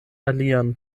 alian